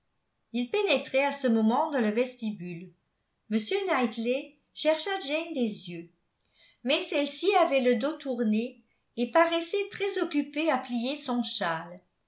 ils pénétraient à ce moment dans le vestibule m knightley chercha jane des yeux mais celle-ci avait le dos tourné et paraissait très occupée à plier son châle